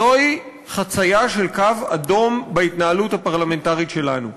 זו חציה של קו אדום בהתנהלות הפרלמנטרית שלנו.